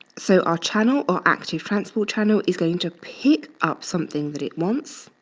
so our channel, our active transport channel is going to pick up something that it wants.